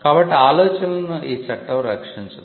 కాబట్టి ఆలోచనలను ఈ చట్టం రక్షించదు